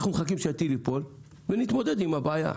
אנחנו מחכים שהטיל ייפול ונתמודד עם הבעיה.